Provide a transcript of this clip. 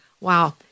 Wow